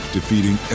Defeating